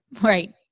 Right